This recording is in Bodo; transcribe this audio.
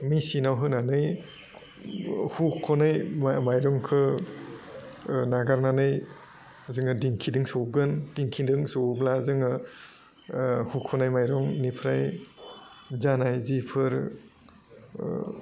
मिसिनाव होनानै हुख'नाय माय माइरंखौ नागारनानै जोङो दिंखिदों सौगोन दिंखिदों सौवोब्ला जोङो हुख'नाय माइरंनिफ्राय जानाय जिफोर